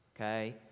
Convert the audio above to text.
okay